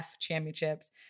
Championships